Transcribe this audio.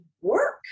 work